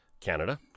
Canada